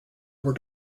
were